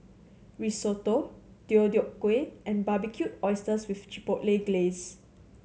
Risotto Deodeok Gui and Barbecued Oysters with Chipotle Glaze